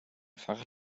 fahrrad